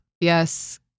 Yes